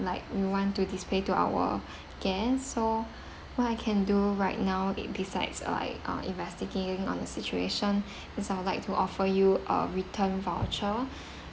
like we want to display to our guest so what I can do right now it besides like uh investigating on the situation is I would like to offer you a return voucher